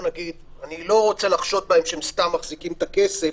אני לא רוצה לחשוד בהם שהם סתם מחזיקים את הכסף,